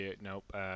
nope